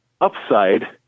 upside